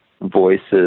voices